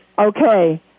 Okay